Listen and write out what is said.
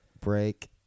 Break